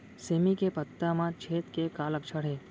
सेमी के पत्ता म छेद के का लक्षण हे?